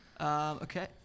Okay